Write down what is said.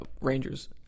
Rangers